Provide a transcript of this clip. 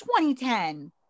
2010